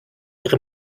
ihre